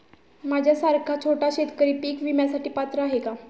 माझ्यासारखा छोटा शेतकरी पीक विम्यासाठी पात्र आहे का?